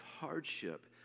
hardship